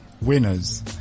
winners